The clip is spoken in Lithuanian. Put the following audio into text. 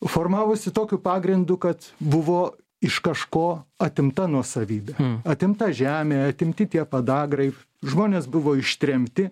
formavosi tokiu pagrindu kad buvo iš kažko atimta nuosavybė atimta žemė atimti tie padagrai žmonės buvo ištremti